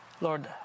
Lord